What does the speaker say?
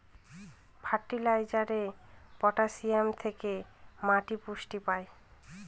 ফার্টিলাইজারে পটাসিয়াম থেকে মাটি পুষ্টি পায়